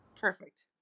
Perfect